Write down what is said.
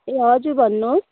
ए हजुर भन्नुहोस्